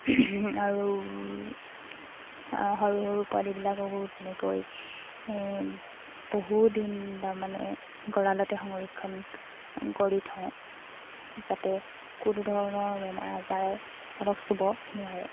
আৰু সৰু সৰু পোৱালিবিলাককো তেনেকৈ বহুদিন তাৰমানে গঁৰালতে সংৰক্ষণ কৰি থওঁ যাতে কোনো ধৰণৰ বেমাৰ আজাৰে সিহঁতক চুব নোৱাৰে